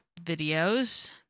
videos